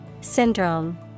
Syndrome